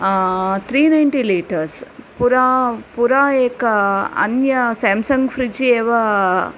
त्रि ninety liters पुरा पुरा एक अन्य सेंसङ्ग् फ्रिज् एव